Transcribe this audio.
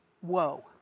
Whoa